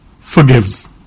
forgives